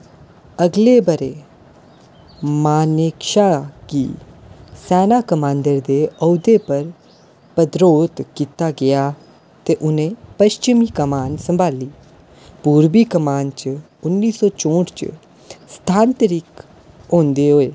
अगले ब'रे मानेकशॉ गी सैना कमांडर दे औह्दे पर पदरोत कीता गेआ ते उ'नें पछ्च्मी कमान संभाली पूर्बी कमान च उन्नी सौ चौंठ च स्थानांतरित होंदे होई